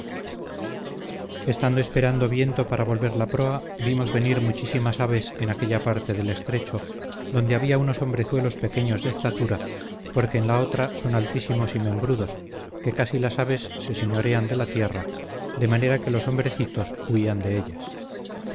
estando esperando viento para volver la proa vimos venir muchísimas aves en aquella parte del estrecho donde había unos hombrezuelos pequeños de estatura porque en la otra son altísimos y membrudos que casi las aves se señorean de la tierra de manera que los hombrecitos huían de ellas